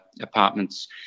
apartments